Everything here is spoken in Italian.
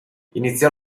iniziò